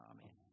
Amen